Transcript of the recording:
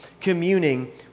communing